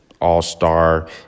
all-star